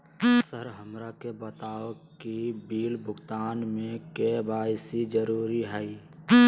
Sir हमरा के बताओ कि बिल भुगतान में के.वाई.सी जरूरी हाई?